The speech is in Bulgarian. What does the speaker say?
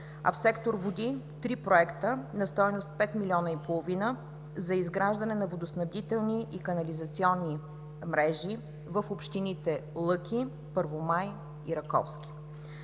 в сектор „Води“ три проекта на стойност 5,5 милиона за изграждане на водоснабдителни и канализационни мрежи в общините Лъки, Първомай и Раковски.